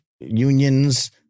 Unions